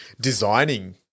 designing